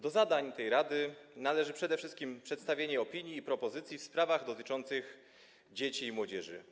Do zadań tej rady należy przede wszystkim przedstawianie opinii i propozycji w sprawach dotyczących dzieci i młodzieży.